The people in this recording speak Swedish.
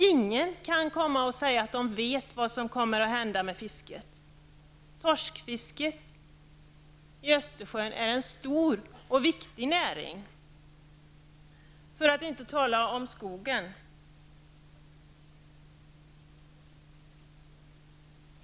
Ingen kan komma och säga att man vet vad som kommer att hända med fisket. Torskfisket i Östersjön är en stor och viktig näring. För att inte tala om skogen.